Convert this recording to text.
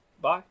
Bye